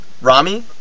Rami